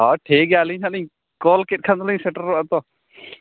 ᱦᱮᱸ ᱴᱷᱤᱠᱜᱮᱭᱟ ᱟᱹᱞᱤᱧ ᱦᱟᱸᱜᱞᱤᱧ ᱠᱚᱞᱠᱮᱫ ᱠᱷᱟᱱᱫᱚᱞᱤᱧ ᱥᱮᱴᱮᱨᱚᱜᱼᱟ ᱛᱚ